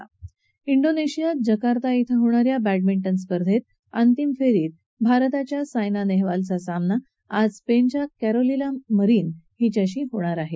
ा डोनेशियातल्या जकार्ता श्वे होणा या बॅडमिंटन स्पर्धेत अंतिम फेरीत भारताच्या सायना नेहवालचा सामना आज स्पेनच्या कॅरोलिना मरीन हिच्याशी होणार आहे